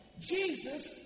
Jesus